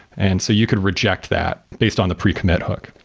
and so you could reject that based on the pre-commit hook.